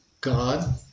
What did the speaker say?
God